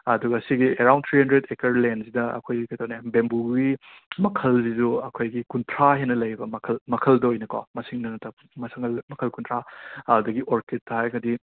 ꯑꯗꯨꯒ ꯁꯤꯒꯤ around three hundred acre ꯂꯦꯟꯁꯤꯗ ꯑꯩꯈꯣꯏꯒꯤ ꯀꯩꯗꯧꯔꯦ ꯕꯦꯝꯕꯨꯒꯤ ꯃꯈꯜꯁꯤꯁꯨ ꯑꯩꯈꯣꯏꯒꯤ ꯀꯨꯟꯊ꯭ꯔꯥ ꯍꯦꯟꯅ ꯂꯩꯕ ꯃꯈꯜ ꯃꯈꯜꯗ ꯑꯣꯏꯅꯀꯣ ꯃꯁꯤꯡꯗ ꯅꯠꯇꯕ ꯃꯁꯤꯡ ꯃꯈꯜ ꯀꯨꯟꯊ꯭ꯔꯥ ꯑꯗꯒꯤ ꯑꯣꯔꯀꯤꯠꯇ ꯍꯥꯏꯔꯒꯗꯤ